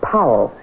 Powell